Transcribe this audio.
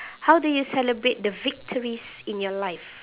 how do you celebrate the victories in your life